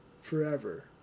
forever